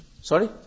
Sorry